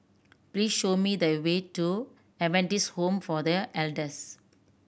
please show me the way to Adventist Home for The Elders